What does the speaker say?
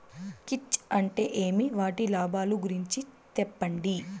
కీచ్ అంటే ఏమి? వాటి లాభాలు గురించి సెప్పండి?